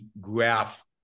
graph